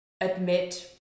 admit